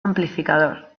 amplificador